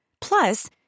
Plus